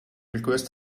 request